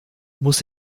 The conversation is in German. muss